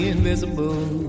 Invisible